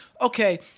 Okay